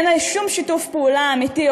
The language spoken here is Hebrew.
אין להם שום שיתוף פעולה אמיתי,